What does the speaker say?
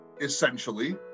essentially